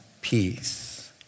peace